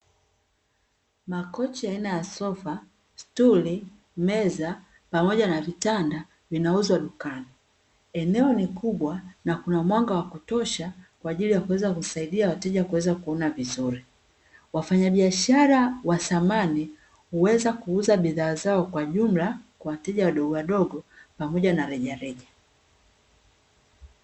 Makochi aina ya sofa, stuli, meza pamoja na vitanda, vinauzwa dukani. Eneo ni kubwa na kuna mwanga wa kutosha, kwa ajili ya kuweza kuwasaidia wateja kuweza kuona vizuri. Wafanyabiashara wa samani, huweza kuuza bidhaa zao kwa jumla kwa wateja wadogowadogo pamoja na rejareja.